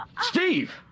Steve